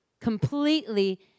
Completely